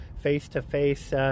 face-to-face